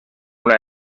una